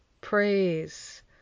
praise